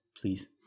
please